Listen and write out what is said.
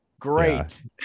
great